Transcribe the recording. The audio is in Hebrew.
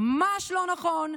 ממש לא נכון.